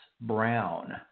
Brown